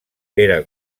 era